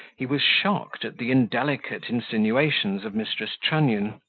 he was shocked at the indelicate insinuations of mrs. trunnion,